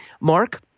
Mark